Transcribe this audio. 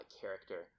character